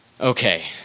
Okay